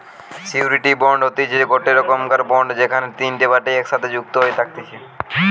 surety bond হতিছে গটে রকমের বন্ড যেখানে তিনটে পার্টি একসাথে যুক্ত হয়ে থাকতিছে